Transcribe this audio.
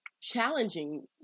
challenging